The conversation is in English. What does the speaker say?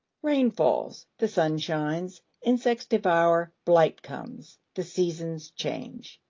rain falls, the sun shines, insects devour, blight comes, the seasons change.